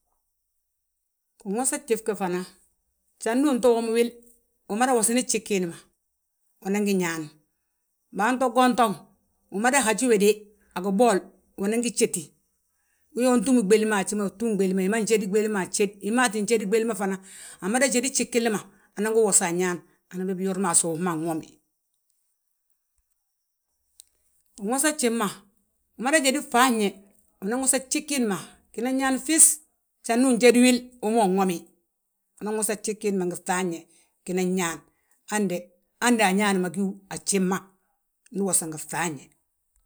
Gwosa gjif ge fana, jandu uto womi wil, umada wosani gjif giindi ma, unangi ñaan. Baato guntoŋ, umada haji wéde a gibool unangi jéti, wee untúm ɓéli haji ma túm ɓéli ma hí ma njédi ɓéli ma ajjéd, wi maa ttin jédi ɓéli ma fana, amada jédi gjif gilli ma, anan gi wosa añaan, anan biyor mo a suuf ma anwomi. Ginwosa gjif ma, umada jédi fŧafñe, unan wosa gjif giindi ma, ginan ñaani fis. Jandu ujédi wil wi ma unwomi, anan wosa gjif giindi ma ngi fŧafñe, ginan ñaan, hande añaa ma gíw a gjif ma ndu uwosa ngi fŧafñe.